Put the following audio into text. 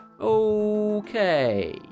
Okay